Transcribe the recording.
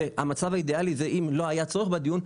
שהמצב האידיאלי זה אם לא היה צורך בדיון,